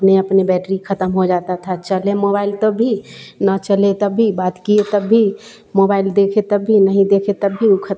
में अपने बैटरी ख़त्म हो जाता था चले मोबाइल तब भी ना चले तब भी बात किए तब भी मोबाइल देखे तब भी नहीं देखे तब भी ऊ ख़त्म